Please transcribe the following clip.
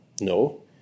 No